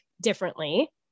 differently